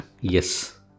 yes